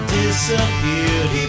disappeared